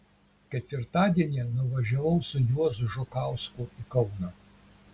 ketvirtadienį nuvažiavau su juozu žukausku į kauną